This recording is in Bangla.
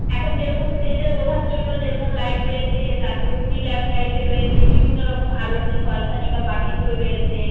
এখন যেরকম স্টেজে ওঠার জন্য যেরকম লাইট রয়েছে তারপর টুনি ল্যাম্প টাইপের রয়েছে বিভিন্ন রকম আলোর যে ঝলসানি বা বাতিগুলো রয়েছে